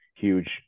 huge